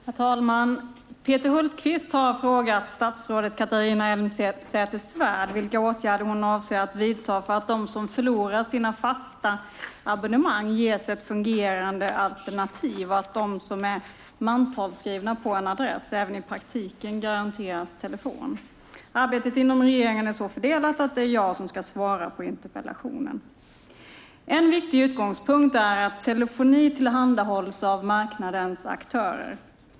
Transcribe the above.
Herr talman! Peter Hultqvist har frågat statsrådet Catharina Elmsäter-Svärd vilka åtgärder hon avser att vidta för att de som förlorar sina fasta abonnemang ges ett fungerande alternativ och att de som är mantalsskrivna på en adress även i praktiken garanteras telefon. Arbetet inom regeringen är så fördelat att det är jag som ska svara på interpellationen. En viktig utgångspunkt är att telefoni tillhandahålls av marknadens aktörer.